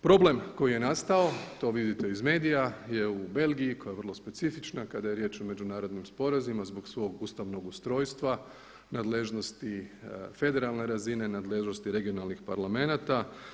Problem koji je nastao to vidite iz medija je u Belgiji koja je vrlo specifična kada je riječ o međunarodnim sporazumima zbog svog ustavnog ustrojstva, nadležnosti federalne razine, nadležnosti regionalnih parlamenata.